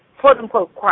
quote-unquote